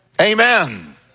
Amen